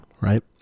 right